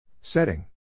Setting